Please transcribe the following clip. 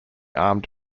armed